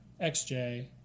XJ